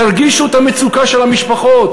תרגישו את המצוקה של המשפחות.